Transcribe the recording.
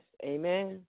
Amen